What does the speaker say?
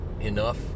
enough